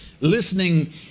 Listening